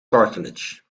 cartilage